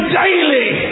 daily